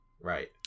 Right